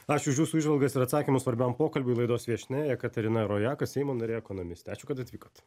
ačiū už jūsų įžvalgas ir atsakymus svarbiam pokalbiui laidos viešna jekaterina rojaka seimo narė ekonomistė ačiū kad atvykot